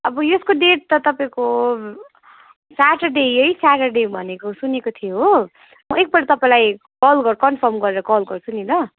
अब यसको डेट त तपाईँको सटरडे यही सटरडे भनेको सुनेको थिएँ हो म एकपल्ट तपाईँलाई कल कन्फर्म गरेर कल गर्छु नि ल